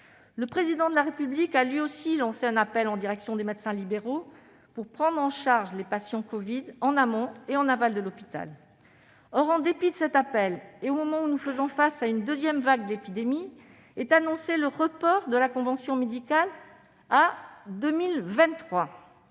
Le Président de la République a lui aussi lancé un appel en direction des médecins libéraux, pour prendre en charge les patients covid en amont et en aval de l'hôpital. Or, en dépit de cet appel, et au moment où nous faisons face à une deuxième vague de l'épidémie, est annoncé le report à 2023 de la convention médicale.